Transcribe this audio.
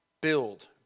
build